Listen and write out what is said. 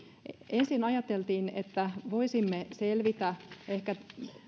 ensin ajateltiin että voisimme selvitä ehkä